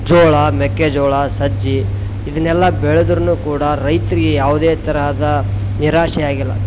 ಜೋಳ ಮೆಕ್ಕೆಜೋಳ ಸಜ್ಜೆ ಇದನ್ನೆಲ್ಲ ಬೆಳೆದ್ರು ಕೂಡ ರೈತರಿಗೆ ಯಾವುದೆ ಥರದ ನಿರಾಶೆ ಆಗಿಲ್ಲ